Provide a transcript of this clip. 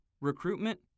recruitment